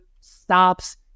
stops